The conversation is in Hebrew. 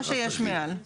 מה שיש מעל.